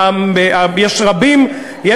איזו זכות, תגיד לי?